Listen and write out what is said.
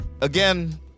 Again